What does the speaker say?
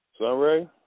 Sunray